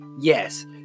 Yes